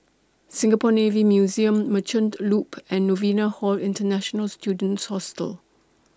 Singapore Navy Museum Merchant Loop and Novena Hall International Students Hostel